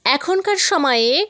এখনকার সময়ে